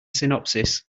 synopsis